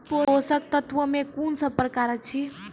पोसक तत्व मे कून सब प्रकार अछि?